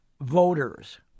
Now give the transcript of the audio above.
voters